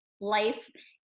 life